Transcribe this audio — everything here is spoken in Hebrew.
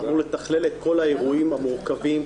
הוא מתכלל את כל האירועים המורכבים,